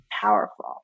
powerful